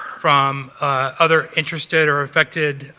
from other interested or affected